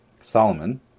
Solomon